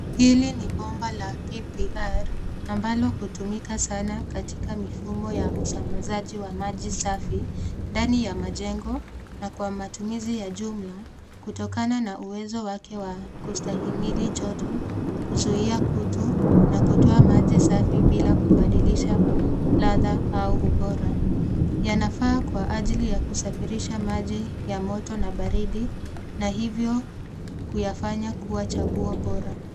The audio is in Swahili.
Hili ni bomba la PPR ambalo hutumika sana katika mifumo ya usambazaji wa maji safi ndani ya majengo na kwa matumizi ya jumla kutokana na uwezo wake wa kustahimili joto, kuzuia kutu na kutoa maji safi bila kubadilisha ladha au ubora. Yanafaa kwa ajili ya kusafirisha maji ya moto na baridi na hivyo kuyafanya kuwa chaguo bora.